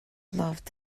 loved